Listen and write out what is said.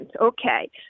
Okay